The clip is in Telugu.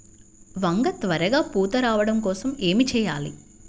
వంగ త్వరగా పూత రావడం కోసం ఏమి చెయ్యాలి?